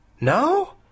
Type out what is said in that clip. No